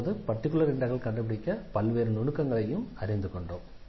இப்போது பர்டிகுலர் இண்டெக்ரலை கண்டுபிடிக்க பல்வேறு நுணுக்கங்களையும் அறிந்து கொண்டோம்